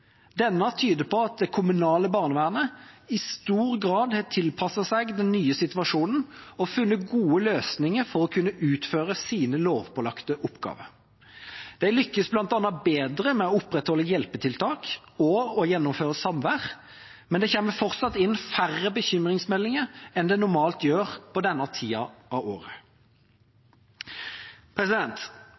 Denne tyder på at det kommunale barnevernet i stor grad har tilpasset seg den nye situasjonen og funnet gode løsninger for å kunne utføre sine lovpålagte oppgaver. De lykkes bl.a. bedre med å opprettholde hjelpetiltak og å gjennomføre samvær, men det kommer fortsatt inn færre bekymringsmeldinger enn det normalt gjør på denne tida av